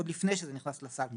עוד לפני שזה נכנס לסל,